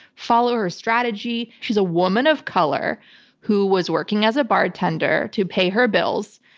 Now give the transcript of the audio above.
follow her strategy. she's a woman of color who was working as a bartender to pay her bills.